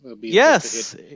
yes